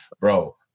bro